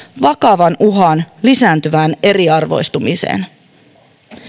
vakavan uhan lisääntyvään eriarvoistumiseen